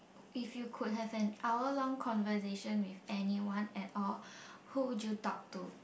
if you could have an hour long conversation with anyone at all who would you talk to